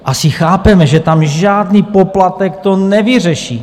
Asi chápeme, že žádný poplatek to nevyřeší.